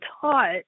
taught